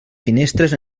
finestres